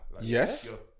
yes